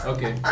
Okay